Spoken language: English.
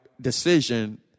decision